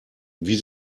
wie